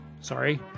Sorry